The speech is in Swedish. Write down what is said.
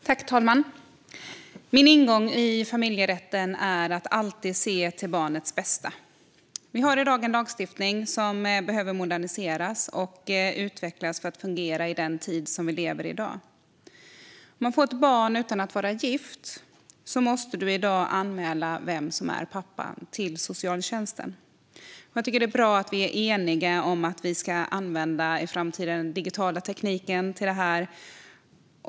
Fru talman! Min ingång i familjerätten är att alltid se till barnets bästa. Vi har i dag en lagstiftning som behöver moderniseras och utvecklas för att fungera i den tid vi lever i. Den som får ett barn utan att vara gift måste i dag anmäla till socialtjänsten vem som är pappan. Jag tycker att det är bra att vi är eniga om att man i framtiden ska använda den digitala tekniken till det här.